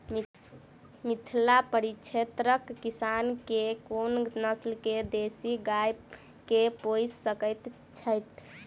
मिथिला परिक्षेत्रक किसान केँ कुन नस्ल केँ देसी गाय केँ पोइस सकैत छैथि?